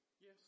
Yes